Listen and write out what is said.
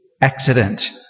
accident